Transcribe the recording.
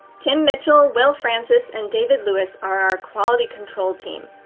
tim mitchell, will francis, and david lewis are our quality control team.